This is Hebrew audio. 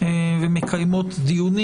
ומקיימות דיונים.